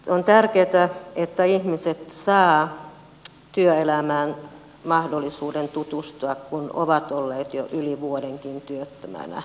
on tärkeätä että ihmiset saavat mahdollisuuden tutustua työelämään kun ovat olleet jo yli vuodenkin työttömänä